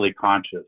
conscious